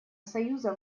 союза